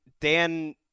Dan